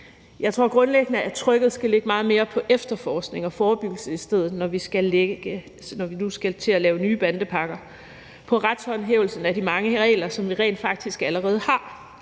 Jeg tror grundlæggende, at trykket i stedet for skal lægges meget mere på efterforskning og forebyggelse, når vi nu skal til at lave nye bandepakker, på retshåndhævelsen af de mange regler, som vi rent faktisk allerede har,